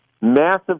massive